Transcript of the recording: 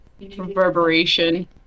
reverberation